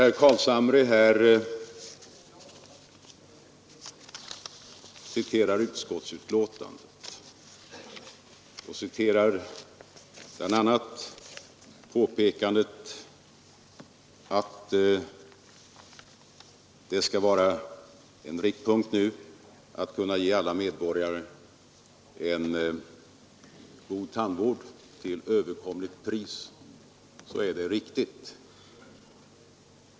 Herr Carlshamre citerade här utskottsbetänkandet, bl.a. påpekandet att det skall vara en riktpunkt att kunna ge alla medborgare en god tandvård till överkomligt pris. Det är riktigt.